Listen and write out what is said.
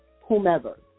whomever